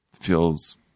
feels